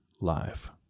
life